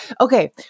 Okay